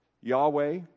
Yahweh